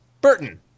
Burton